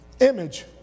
Image